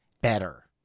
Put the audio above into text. better